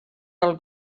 del